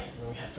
ya